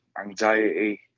anxiety